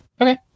Okay